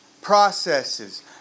processes